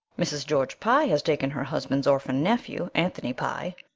mrs. george pye has taken her husband's orphan nephew, anthony pye.